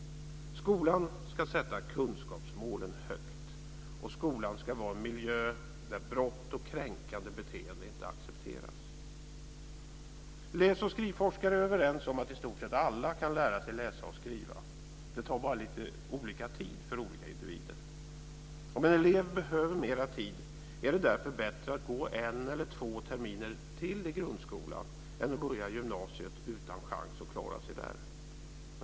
Skolan ska sätta kunskapsmålen högt, och skolan ska vara en miljö där brott och kränkande beteende inte accepteras. Läs och skrivforskare är överens om att i stort sett alla kan lära sig läsa och skriva. Det tar bara lite olika tid för olika individer. Om en elev behöver mera tid är det därför bättre att gå en eller två terminer till i grundskolan än att börja gymnasiet utan chans att klara sig där.